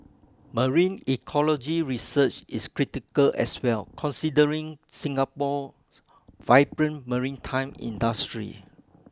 marine ecology research is critical as well considering Singapore vibrant maritime industry